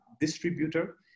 distributor